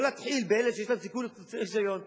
לא להתחיל באלה שיש להם סיכוי להוציא רשיון.